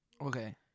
Okay